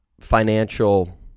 financial